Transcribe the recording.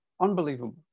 unbelievable